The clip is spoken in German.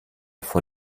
vor